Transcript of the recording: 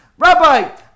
Rabbi